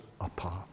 apart